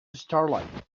starlight